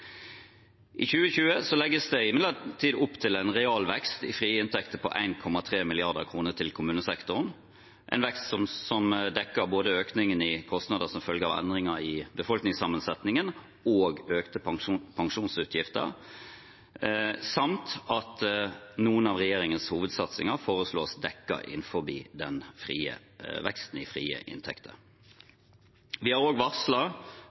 I 2020 legges det imidlertid opp til en realvekst i frie inntekter på 1,3 mrd. kr til kommunesektoren. Det er en vekst som dekker både økningen i kostnader som følge av endringer i befolkningssammensetningen, og økte pensjonsutgifter, samt at noen av regjeringens hovedsatsinger foreslås dekket innenfor veksten i frie inntekter. Vi har også varslet at kommunesektoren i